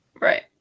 Right